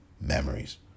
memories